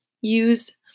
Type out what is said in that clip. use